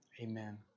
Amen